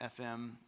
FM